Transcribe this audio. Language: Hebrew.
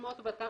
בסופו יבוא "וכן